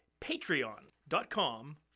patreon.com